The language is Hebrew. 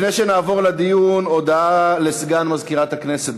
לפני שנעבור לדיון, הודעה לסגן מזכירת הכנסת.